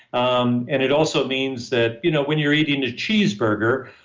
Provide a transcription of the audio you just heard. um and it also means that, you know when you're eating a cheeseburger,